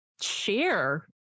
share